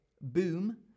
Boom